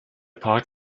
park